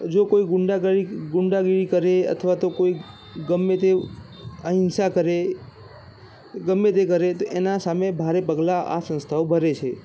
જો કોઈ ગુંડાગરી ગુંડાગીરી કરે અથવા તો કોઈ ગમે તેવી અહિંસા કરે ગમે તે કરે એના સામે ભારે પગલાં આ સંસ્થાઓ ભરે છે